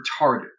Retarded